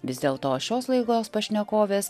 vis dėlto šios laidos pašnekovės